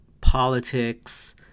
politics